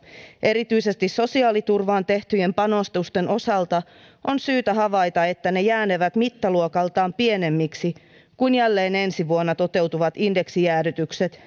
erityisesti sosiaaliturvaan tehtyjen panostusten osalta on syytä havaita että ne jäänevät mittaluokaltaan pienemmiksi kuin jälleen ensi vuonna toteutuvat indeksijäädytykset